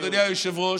אדוני היושב-ראש,